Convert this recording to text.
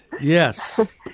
Yes